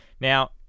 Now